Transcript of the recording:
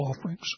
offerings